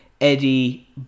Eddie